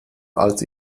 als